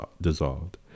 dissolved